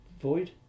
void